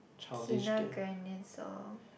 Kina-Grannis song